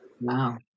wow